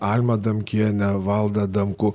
almą adamkienę valdą adamkų